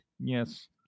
Yes